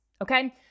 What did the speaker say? okay